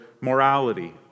morality